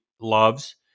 loves